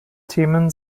themen